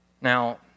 Now